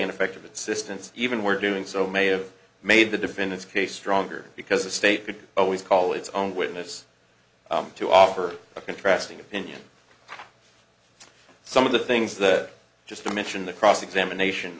ineffective insistence even were doing so may have made the defendant's case stronger because the state could always call its own witness to offer a contrasting opinion some of the things that just a mention the cross examination